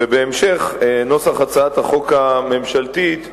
ובהמשך, נוסח הצעת החוק הממשלתית יותאם,